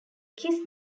kiss